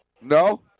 No